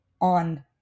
on